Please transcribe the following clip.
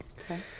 Okay